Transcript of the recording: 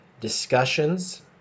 discussions